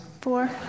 Four